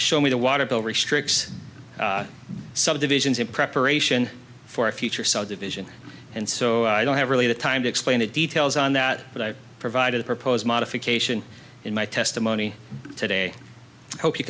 show me the water bill restricts subdivisions in preparation for a future subdivision and so i don't have really the time to explain the details on that but i provided a proposed modification in my testimony today hope you